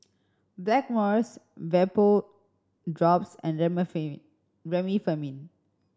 Blackmores Vapodrops and Remifemin